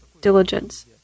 diligence